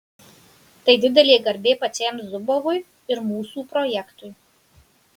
tai didelė garbė pačiam zubovui ir mūsų projektui